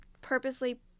purposely